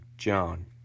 John